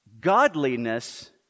godliness